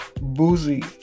Boozy